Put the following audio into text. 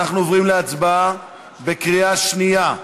אנחנו עוברים להצבעה בקריאה שנייה.